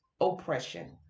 oppression